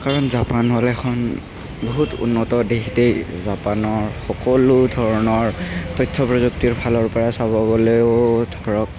কাৰণ জাপান হ'ল এখন বহুত উন্নত দেশ এই জাপানৰ সকলো ধৰণৰ তথ্য প্ৰযুক্তিৰ ফালৰপৰা চাব গ'লেও ধৰক